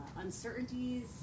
uncertainties